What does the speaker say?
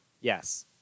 Yes